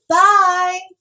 bye